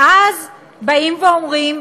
ואז באים ואומרים: